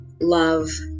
love